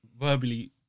verbally